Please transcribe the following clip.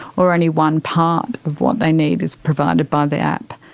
or only one part of what they need is provided by the app.